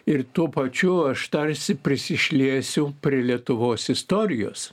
ir tuo pačiu aš tarsi prisišliejusiu prie lietuvos istorijos